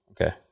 Okay